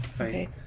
Okay